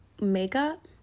makeup